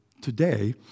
today